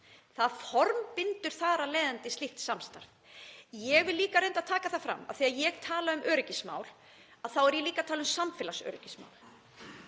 Það formbindur þar af leiðandi slíkt samstarf. Ég vil reyndar taka það fram að þegar ég tala um öryggismál þá er ég líka að tala um samfélagsöryggismál.